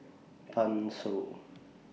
Pan Shou